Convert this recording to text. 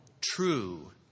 true